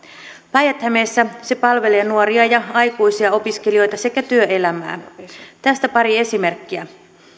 päijät hämeessä se palvelee nuoria ja aikuisia opiskelijoita sekä työelämää tässä pari esimerkkiä